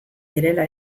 direla